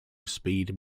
speed